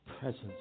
presence